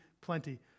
plenty